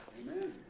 Amen